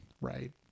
right